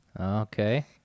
Okay